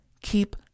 keep